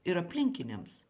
ir aplinkiniams